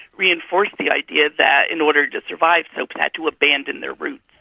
reinforced the idea that in order to survive, soaps had to abandon their roots.